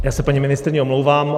Já se paní ministryni omlouvám.